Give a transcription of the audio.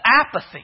apathy